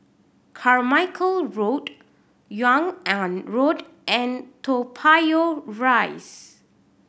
Carmichael Road Yung An Road and Toa Payoh Rise